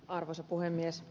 arvoisa puhemies